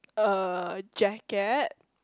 a jacket